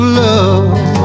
love